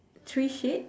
three shade~